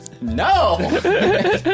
No